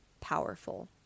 powerful